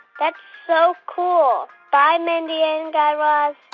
that's so cool. bye, mindy and guy raz